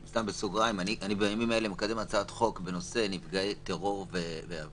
בסוגריים אני בימים אלה מקדם הצעת חוק בנושא נפגעי טרור ועבירה.